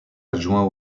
adjoint